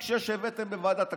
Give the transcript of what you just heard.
1.6 שהבאתם בוועדת הכספים.